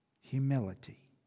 Humility